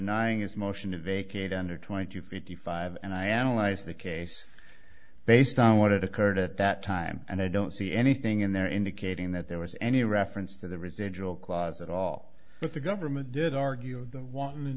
denying his motion a vacate under twenty two fifty five and i analyzed the case based on what occurred at that time and i don't see anything in there indicating that there was any reference to the residual clause at all but the government did argue the